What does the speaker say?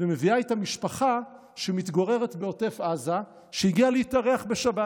ומביאה איתה משפחה שמתגוררת בעוטף עזה שהגיעה להתארח בשבת.